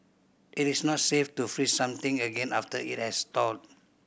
it is not safe to freeze something again after it has thawed